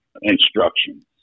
instructions